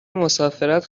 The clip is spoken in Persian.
مسافرت